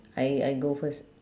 I I go first